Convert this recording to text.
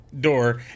door